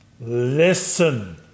listen